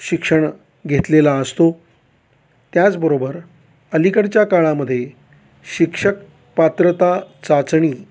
शिक्षण घेतलेला असतो त्याचबरोबर अलीकडच्या काळामधे शिक्षक पात्रता चाचणी